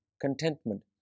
contentment